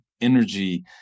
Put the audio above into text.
energy